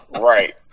right